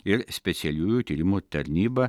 ir specialiųjų tyrimų tarnyba